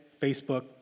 Facebook